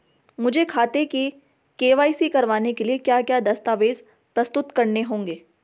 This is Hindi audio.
मुझे खाते की के.वाई.सी करवाने के लिए क्या क्या दस्तावेज़ प्रस्तुत करने होंगे?